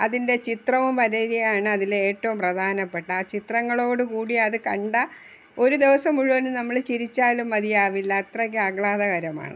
അതിൻ്റെ ചിത്രവും വരികയാണ് അതിലെ ഏറ്റവും പ്രധാനപ്പെട്ട ചിത്രങ്ങളോടുക്കൂടി അതു കണ്ട ഒരു ദിവസം മുഴുവനും നമ്മൾ ചിരിച്ചാലും മതിയാവില്ല അത്രക്ക് ആഹ്ളാദകരമാണ്